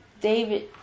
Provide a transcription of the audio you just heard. David